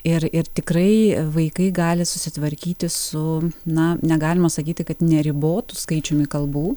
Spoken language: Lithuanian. ir ir tikrai vaikai gali susitvarkyti su na negalima sakyti kad neribotu skaičiumi kalbų